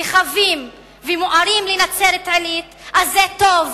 רחבים ומוארים לנצרת-עילית זה טוב,